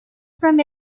from